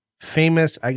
famous